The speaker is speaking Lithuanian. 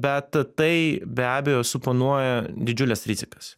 bet tai be abejo suponuoja didžiules rizikas